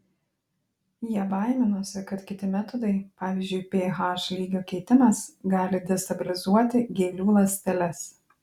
jie baiminosi kad kiti metodai pavyzdžiui ph lygio keitimas gali destabilizuoti gėlių ląsteles